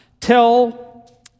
tell